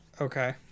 okay